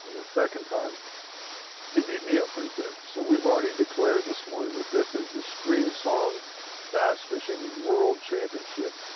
and the second time he beat me up pretty good. so we have already declared this morning that this is the streamsong bass fishing world championship,